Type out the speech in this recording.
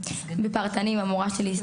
למדתי עם המורה שלי והיא